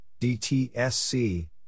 DTSC